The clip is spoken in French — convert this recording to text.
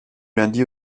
lundi